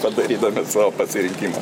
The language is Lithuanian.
padarydami savo pasirinkimą